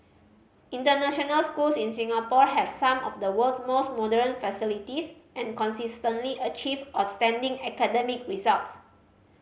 international schools in Singapore have some of the world's most modern facilities and consistently achieve outstanding academic results